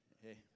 hey